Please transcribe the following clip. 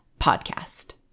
podcast